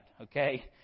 okay